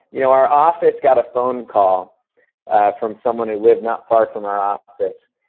you know, our office got a phone call from someone who lived not far from our office.